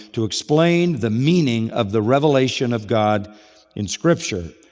to explain the meaning of the revelation of god in scripture.